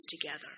together